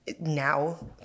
now